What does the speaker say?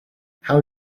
how